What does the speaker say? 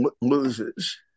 loses